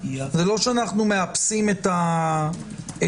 זה לא שאנחנו מאפסים את המצב.